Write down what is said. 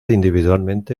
individualmente